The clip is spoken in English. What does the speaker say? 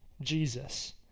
Jesus